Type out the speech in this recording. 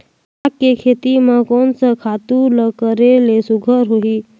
साग के खेती म कोन स खातु ल करेले सुघ्घर होही?